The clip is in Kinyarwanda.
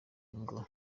ngo